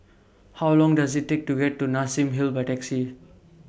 How Long Does IT Take to get to Nassim Hill By Taxi